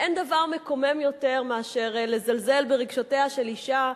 אין דבר מקומם יותר מאשר לזלזל ברגשות של אשה,